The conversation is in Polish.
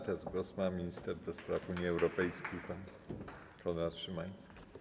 Teraz głos ma minister do spraw Unii Europejskiej pan Konrad Szymański.